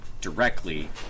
directly